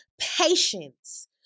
patience